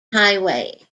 highway